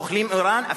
אוכלים אירן.